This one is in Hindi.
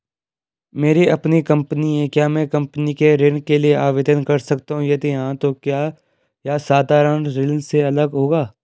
मेरी अपनी कंपनी है क्या मैं कंपनी के लिए ऋण के लिए आवेदन कर सकता हूँ यदि हाँ तो क्या यह साधारण ऋण से अलग होगा?